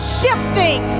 shifting